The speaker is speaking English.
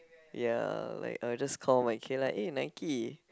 ya like I'll just call my kid like eh Nike